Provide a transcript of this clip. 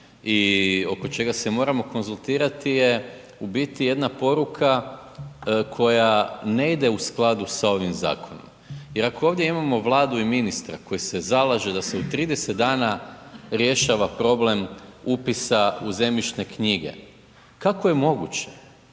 i oko čega se moramo konzultirati je u biti jedna poruka koja ne ide u skladu sa ovim zakonom jer ako ovdje imamo Vladu i ministra koji se zalaže da se u 30 dana rješava problem upisa u zemljišne knjige, kako je moguće